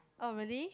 oh really